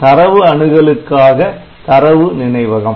தரவு அணுகலுக்காக தரவு நினைவகம்